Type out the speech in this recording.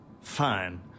Fine